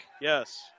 Yes